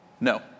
No